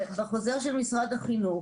בחוזר של משרד החינוך